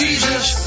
Jesus